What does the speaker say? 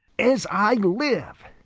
as i live,